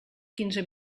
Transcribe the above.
quinze